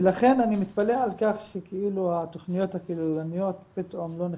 ולכן אני מתפלא על כך שכאילו התכניות הכוללניות פתאום לא נחשבות,